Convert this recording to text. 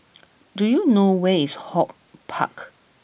do you know where is HortPark